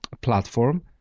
platform